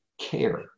care